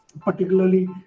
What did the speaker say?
particularly